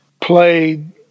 played